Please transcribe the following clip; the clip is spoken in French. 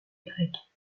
grecque